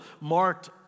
marked